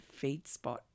Feedspot